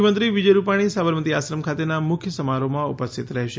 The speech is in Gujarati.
મુખ્યમંત્રી વિજય રૂપાણી સાબરમતી આશ્રમ ખાતેના મુખ્ય સમારોહમાં ઉપસ્થિત રહેશે